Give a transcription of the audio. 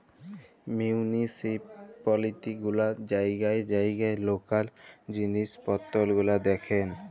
municipality গুলা জাইগায় জাইগায় লকাল জিলিস পত্তর গুলা দ্যাখেল